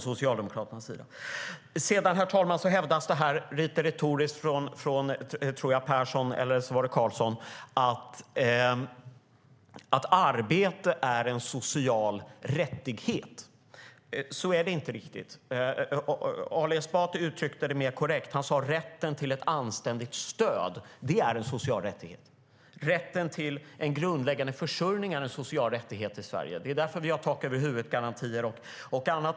Sedan, herr talman, hävdas det här lite retoriskt från Persson, eller om det var Karlsson, att arbete är en social rättighet. Så är det inte riktigt. Ali Esbati uttryckte det mer korrekt när han sade: rätten till ett anständigt stöd. Det är en social rättighet. Rätten till en grundläggande försörjning är en social rättighet i Sverige. Det är därför vi har tak-över-huvudet-garantier och annat.